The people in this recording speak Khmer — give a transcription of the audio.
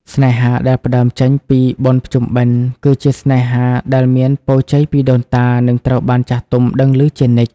ស្នេហាដែលផ្ដើមចេញពីបុណ្យភ្ជុំបិណ្ឌ គឺជាស្នេហាដែល "មានពរជ័យពីដូនតា" និងត្រូវបានចាស់ទុំដឹងឮជានិច្ច។